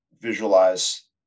visualize